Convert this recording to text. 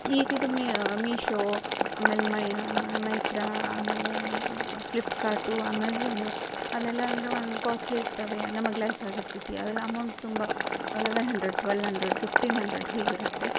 ಈಗಿದು ಮೀಶೋ ಆಮೇಲೆ ಮೈ ಮೈತ್ರಾ ಆಮೇಲೆ ಫ್ಲಿಪ್ಕಾರ್ಟು ಅಮೆಝನು ಅಲ್ಲೆಲ್ಲ ಅಂದರೆ ಒಂದು ಕಾಸ್ಟ್ಲಿ ಇರ್ತವೆ ನಮಗೆ ಲೈಕ್ ಆಗಿರ್ತೈತಿ ಆದರೆ ಅಮೌಂಟ್ ತುಂಬ eleven hundred twelve hundred fifteen hundred ಹೀಗಿರುತ್ತೆ